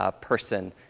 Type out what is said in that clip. person